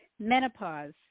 Menopause